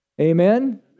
Amen